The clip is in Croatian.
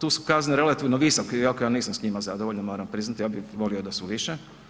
tu su kazne relativno visoko iako ja nisam s njima zadovoljan moram priznati, ja bih volio da su više.